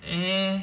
eh